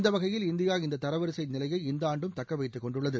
இந்த வகையில் இந்தியா இந்த தரவரிசை நிலையை இந்த ஆண்டும் தக்கவைத்துக் கொண்டுள்ளது